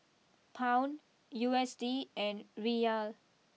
Pound U S D and Riyal